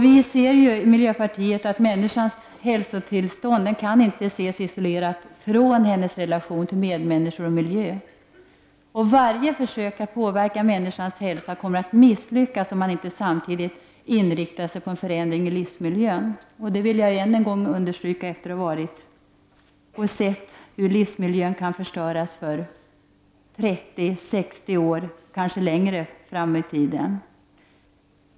Vår syn är att människans hälsotillstånd inte kan ses isolerat från hennes relation till medmänniskor och miljö. Varje försök att påverka människans hälsa kommer att misslyckas, om man inte samtidigt inriktar sig på en förändring i livsmiljön — någonting som jag än en gång vill understryka efter att ha sett hur livsmiljön kan förstöras för 30, 60 år, kanske ännu längre framöver.